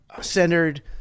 centered